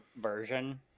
version